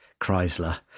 Chrysler